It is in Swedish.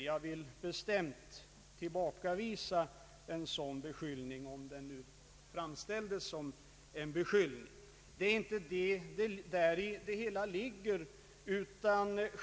Jag vill bestämt tillbakavisa en sådan beskyllning, om det nu var avsett som en beskyllning.